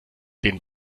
den